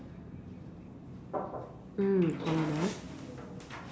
mm